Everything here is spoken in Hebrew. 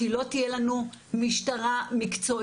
כי לא תהיה לנו משטרה מקצועית.